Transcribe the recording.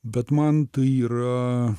bet man tai yra